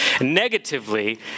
negatively